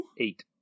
eight